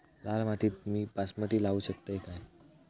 लाल मातीत मी बासमती लावू शकतय काय?